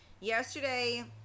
Yesterday